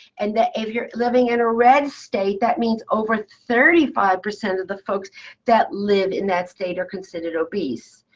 and that if you're living in a red state, that means over thirty five percent of the folks that live in that state are considered obese.